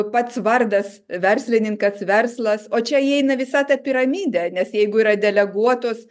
pats vardas verslininkas verslas o čia įeina visa ta piramidė nes jeigu yra deleguotos